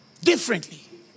Differently